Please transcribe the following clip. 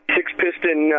Six-piston